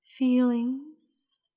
Feelings